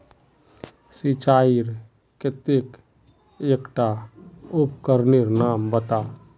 सिंचाईर केते एकटा उपकरनेर नाम बता?